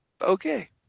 Okay